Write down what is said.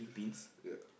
ya